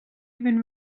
even